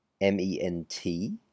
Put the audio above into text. M-E-N-T